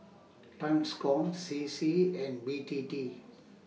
TRANSCOM C C and B T T